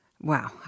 wow